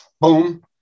boom